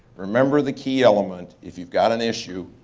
remember the key element, if you've got an issue,